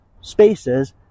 spaces